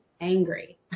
Angry